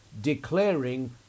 declaring